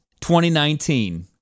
2019